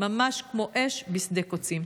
ממש כמו אש בשדה קוצים.